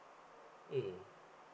mm